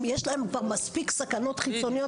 יש להם גם מספיק סכנות חיצוניות,